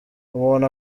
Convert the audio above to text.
umuntu